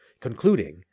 concluding